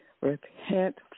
repent